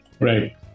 Right